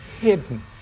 hidden